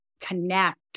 connect